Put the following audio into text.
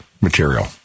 material